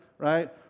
Right